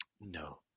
No